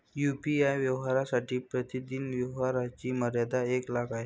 UPI व्यवहारांसाठी प्रतिदिन व्यवहारांची मर्यादा एक लाख आहे